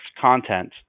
content